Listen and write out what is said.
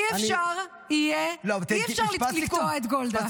אי-אפשר לקטוע את גולדה.